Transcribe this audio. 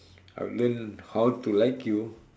I would learn how to like you